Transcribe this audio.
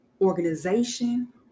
organization